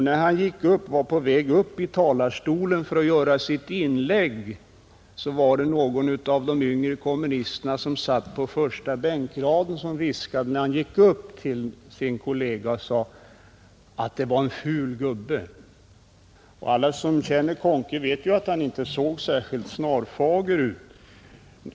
När han var på väg upp till talarstolen för att göra ett inlägg viskade någon av de yngre kommunisterna på första bänkraden till en kollega att det var en ful gubbe — alla som kände Conke vet ju att han inte såg särskilt snarfager ut.